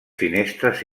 finestres